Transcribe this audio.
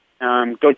Go